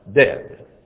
dead